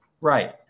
Right